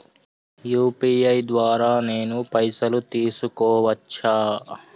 UPI ద్వారా నేను పైసలు తీసుకోవచ్చా?